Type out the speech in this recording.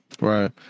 right